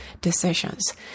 decisions